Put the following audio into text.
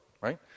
Right